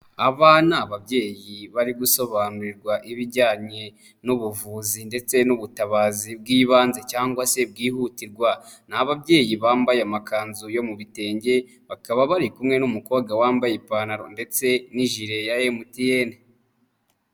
Abana ni ababyeyi bari gusobanurirwa ibijyanye n'ubuvuzi ndetse n'ubutabazi bw'ibanze cyangwa se bwihutirwa, n'ababyeyi bambaye amakanzu yo mu bitenge bakaba bari kumwe n'umukobwa wambaye ipantaro ndetse n'ijire ya MTN.